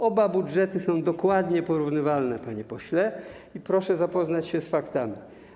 Oba budżety są dokładnie porównywalne, panie pośle, i proszę zapoznać się z faktami.